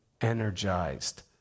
energized